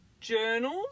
journals